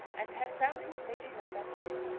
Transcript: and had found his lady-love at home,